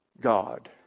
God